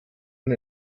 und